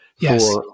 Yes